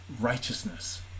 righteousness